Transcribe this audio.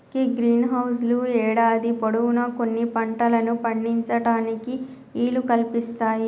గీ greenhouse లు యేడాది పొడవునా కొన్ని పంటలను పండించటానికి ఈలు కల్పిస్తాయి